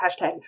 hashtag